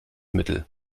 mittel